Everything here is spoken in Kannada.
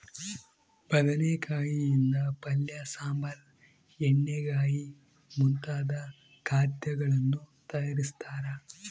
ಬದನೆಕಾಯಿ ಯಿಂದ ಪಲ್ಯ ಸಾಂಬಾರ್ ಎಣ್ಣೆಗಾಯಿ ಮುಂತಾದ ಖಾದ್ಯಗಳನ್ನು ತಯಾರಿಸ್ತಾರ